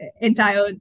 entire